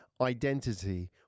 identity